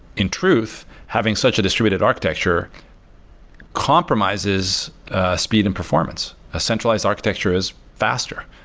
in truth, having such a distributed architecture compromises speed and performance. a centralized architecture is faster,